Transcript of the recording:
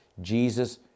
Jesus